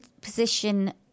position